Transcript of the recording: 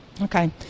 Okay